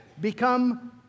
become